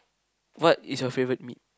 what is your favourite meat